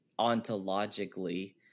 ontologically